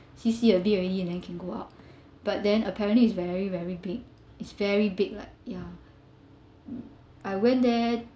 see see a bit already and then can go out but then apparently it's very very big it's very big like ya I went there